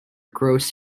grows